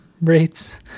rates